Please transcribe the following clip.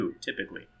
typically